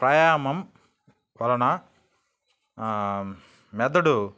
ప్రాణాయామం వలన మెదడు